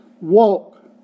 walk